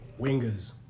Wingers